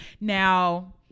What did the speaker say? Now